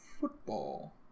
Football